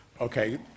Okay